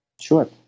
Sure